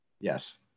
Yes